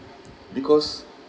because